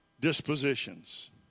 dispositions